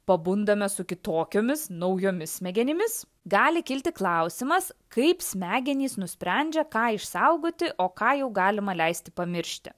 pabundame su kitokiomis naujomis smegenimis gali kilti klausimas kaip smegenys nusprendžia ką išsaugoti o ką jau galima leisti pamiršti